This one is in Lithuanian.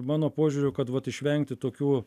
mano požiūriu kad vat išvengti tokių